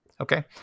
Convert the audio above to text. Okay